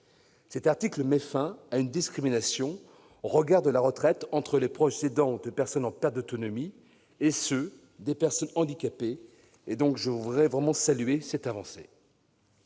Cet article met fin à une discrimination au regard de la retraite entre les proches aidants de personnes en perte d'autonomie et ceux de personnes handicapées. Je salue cette avancée.